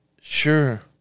sure